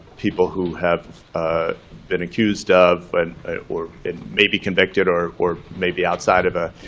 people who have been accused of but or maybe convicted or or maybe outside of a